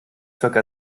zirka